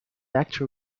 actual